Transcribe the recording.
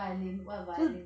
violin what violin